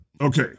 Okay